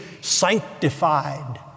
sanctified